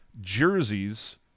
jerseys